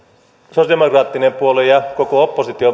sosialidemokraattinen puolue ja koko oppositio